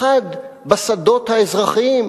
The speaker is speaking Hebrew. אחד בשדות האזרחיים,